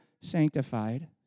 sanctified